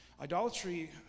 Idolatry